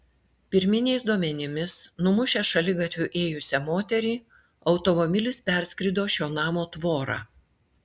pirminiais duomenimis numušęs šaligatviu ėjusią moterį automobilis perskrido šio namo tvorą